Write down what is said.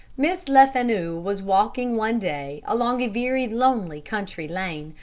miss lefanu was walking one day along a very lonely country lane,